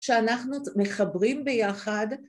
‫שאנחנו מחברים ביחד.